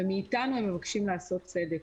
ומאתנו הם מבקשים לעשות צדק.